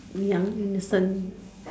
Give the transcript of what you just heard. young innocent